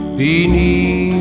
beneath